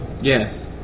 Yes